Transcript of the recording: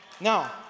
Now